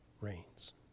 reigns